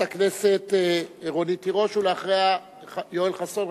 חברת הכנסת רונית תירוש וחבר הכנסת יואל חסון.